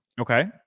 Okay